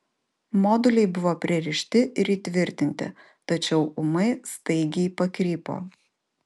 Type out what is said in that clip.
moduliai buvo pririšti ir įtvirtinti tačiau ūmai staigiai pakrypo